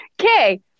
okay